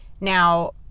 Now